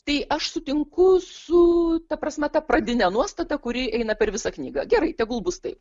tai aš sutinku su ta prasme su pradine nuostata kuri eina per visą knygą gerai tegul bus taip